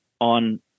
on